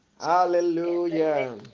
hallelujah